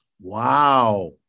Wow